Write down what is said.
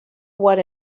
what